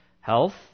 health